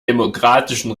demokratischen